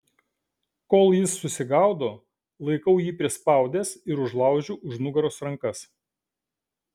kol jis susigaudo laikau jį prispaudęs ir užlaužiu už nugaros rankas